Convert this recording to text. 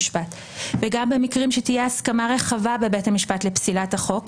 וגם במקרים שבהם תהיה הסכמה רחבה בבית המשפט לפסילת החוק,